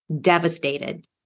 devastated